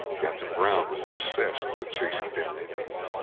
captain brown was obsessed with chasing down indians,